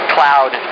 Cloud